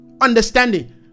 understanding